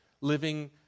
living